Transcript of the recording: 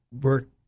work